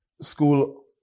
school